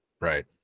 Right